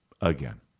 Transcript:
Again